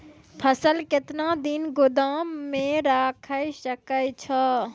फसल केतना दिन गोदाम मे राखै सकै छौ?